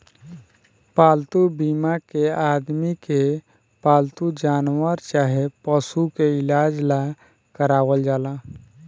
पालतू बीमा के आदमी के पालतू जानवर चाहे पशु के इलाज ला करावल जाला